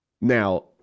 Now